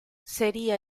sería